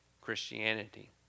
Christianity